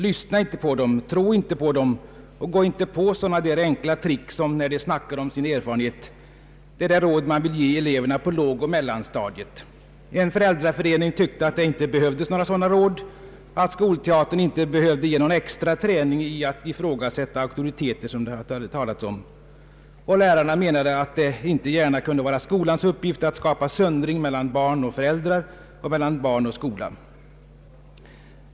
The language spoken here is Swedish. ”Lyssna inte på dem, tro inte på dem och gå inte på sådana där enkla trick som när de snackar om sin erfarenhet!” Det är de råd som man vill ge eleverna på lågoch mellanstadiet. En föräldraförening tyckte att det inte behövdes några sådana råd och att skolteatern inte behövde ge någon extra uppmaning att ifrågasätta dessa auktoriteter. Lärarna ansåg att det inte gärna kunde vara skolans uppgift att skapa söndring mellan barn och föräldrar och mellan barn och skola.